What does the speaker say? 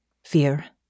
Fear